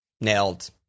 Nailed